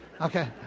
Okay